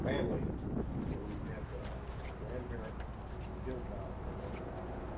family where we've had a grandparent killed by a drunk driver.